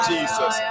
Jesus